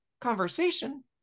conversation